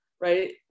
right